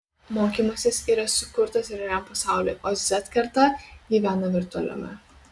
mokymasis yra sukurtas realiam pasauliui o z karta gyvena virtualiame